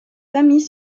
famille